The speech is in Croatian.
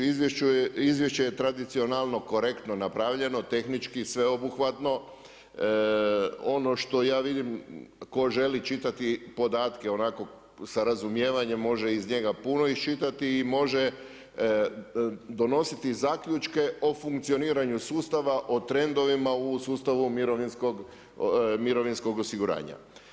Izvješće je tradicionalno korektno napravljeno, tehnički sveobuhvatno, ono što ja vidim, tko želi čitati podatke, onako sa razumijevanjem, može iz njega puno iščitati i može donositi zaključke o funkcioniranju sustava, o trendovima u sustavu mirovinskog osiguranja.